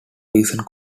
recent